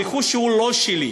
ברכוש שהוא לא שלי.